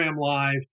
Live